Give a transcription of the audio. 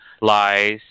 lies